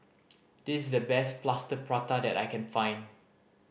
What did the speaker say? this is the best Plaster Prata that I can find